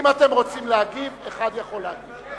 אם אתם רוצים להגיב, אחד יכול להגיב.